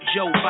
Joe